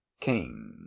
king